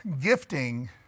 gifting